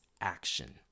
action